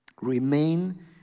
Remain